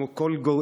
כמו כל גוף,